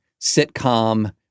sitcom